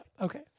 Okay